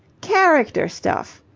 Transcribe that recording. character stuff,